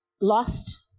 lost